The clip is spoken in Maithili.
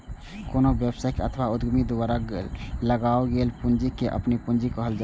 कोनो व्यवसायी अथवा उद्यमी द्वारा लगाओल गेल पूंजी कें अपन पूंजी कहल जाइ छै